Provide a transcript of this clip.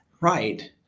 Right